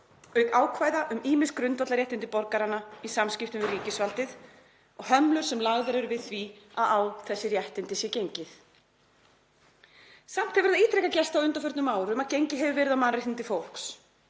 auk ákvæða um ýmis grundvallarréttindi borgaranna í samskiptum við ríkisvaldið og hömlur sem lagðar eru við því að á þessi réttindi sé gengið.“ Samt hefur það ítrekað gerst á undanförnum árum að gengið hefur verið á mannréttindi fólks.